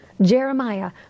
Jeremiah